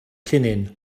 llinyn